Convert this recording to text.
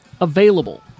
available